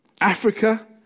Africa